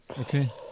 Okay